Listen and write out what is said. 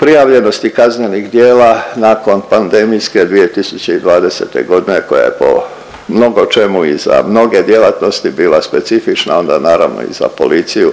prijavljenosti kaznenih djela nakon pandemijske 2020. godine koja je po mnogočemu i za mnoge djelatnosti bila specifična onda naravno i za policiju